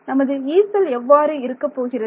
நமது E cell எவ்வாறு இருக்கப் போகிறது